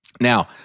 Now